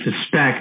suspect